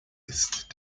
ist